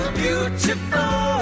beautiful